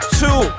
two